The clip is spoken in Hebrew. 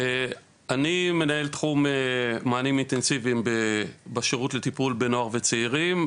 אני מנהל תחום מענים אינטנסיביים בשירות לטיפול בנוער וצעירים,